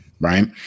right